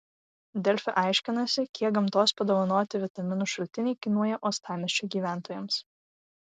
delfi aiškinasi kiek gamtos padovanoti vitaminų šaltiniai kainuoja uostamiesčio gyventojams